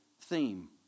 theme